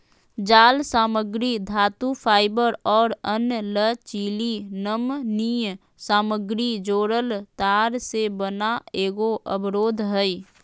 जालसामग्री धातुफाइबर और अन्य लचीली नमनीय सामग्री जोड़ल तार से बना एगो अवरोध हइ